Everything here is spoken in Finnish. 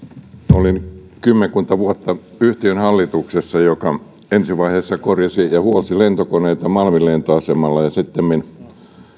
olin kymmenkunta vuotta sellaisen yhtiön hallituksessa joka ensi vaiheessa korjasi ja huolsi lentokoneita malmin lentoasemalla ja sittemmin